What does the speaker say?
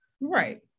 Right